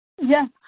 Yes